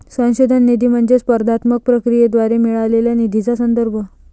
संशोधन निधी म्हणजे स्पर्धात्मक प्रक्रियेद्वारे मिळालेल्या निधीचा संदर्भ